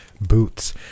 Boots